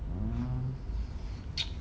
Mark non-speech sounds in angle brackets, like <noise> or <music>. mm <noise>